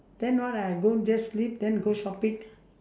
then what I go just sleep then go shopping